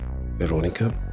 Veronica